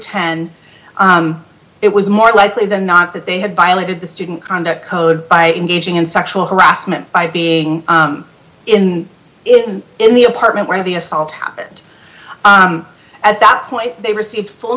ten it was more likely than not that they had violated the student conduct code by engaging in sexual harassment by being in it and in the apartment where the assault happened at that point they received full